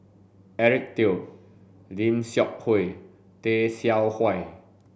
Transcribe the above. Eric Teo Lim Seok Hui Tay Seow Huah